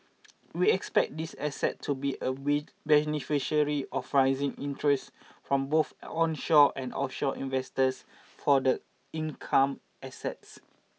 we expect this asset to be a beneficiary of rising interests from both onshore and offshore investors for the income assets